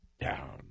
down